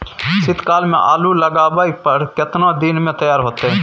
शीत काल में आलू लगाबय पर केतना दीन में तैयार होतै?